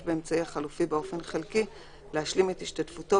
באמצעי החלופי באופן חלקי להשלים את השתתפותו,